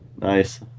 Nice